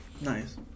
Nice